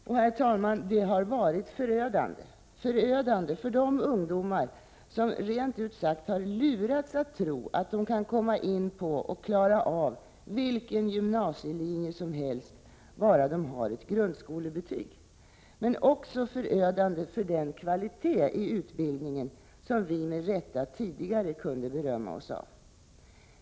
Och, herr talman, det har varit förödande för de ungdomar som rent ut sagt har lurats att tro att de kan komma in på och klara vilken gymnasielinje som helst bara de har ett grundskolebetyg. Men det har också varit förödande för den kvalitet i utbildningen som vi med rätta tidigare kunde berömma oss av.